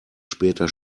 später